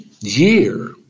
year